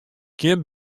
gjin